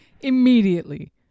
Immediately